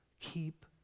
Keep